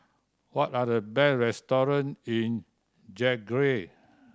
what are the restaurants in Zagreb